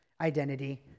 identity